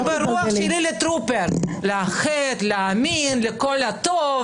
אני ברוח שלי לטרופר לאחד, להאמין לכל הטוב.